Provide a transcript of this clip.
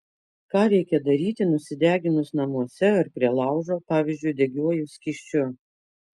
ką reikia daryti nusideginus namuose ar prie laužo pavyzdžiui degiuoju skysčiu